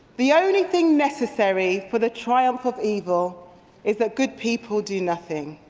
the only thing necessary for the triumph of evil is that good people do nothing.